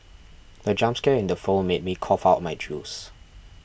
the jump scare in the film made me cough out my juice